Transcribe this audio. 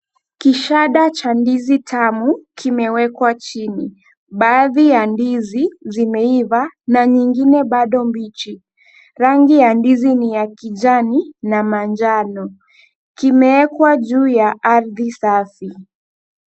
Kishada cha ndizi tamu kimewekwa chini. Baadhi ya ndizi zimeiva na nyingine bado mbichi. Rangi ya ndizi ni ya kijani na manjano. Kimewekwa juu ya ardhi safi.